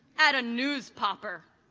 at a news popper.